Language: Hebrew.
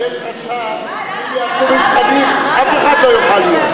אבל יש חשש שאם הוא יעשה מבחנים אף אחד לא יוכל להיות.